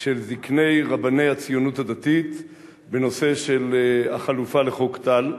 של זקני רבני הציונות הדתית בנושא החלופה לחוק טל.